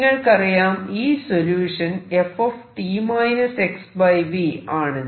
നിങ്ങൾക്കറിയാം ഈ solution f t xv ആണെന്ന്